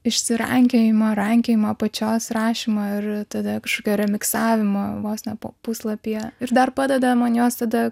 išsirankiojimo rankiojimo pačios rašymo ir tada kažkokio remiksavimo vos ne po puslapyje ir dar padeda man jos tada